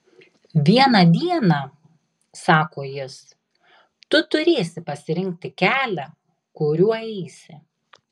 vieną dieną sako jis tu turėsi pasirinkti kelią kuriuo eisi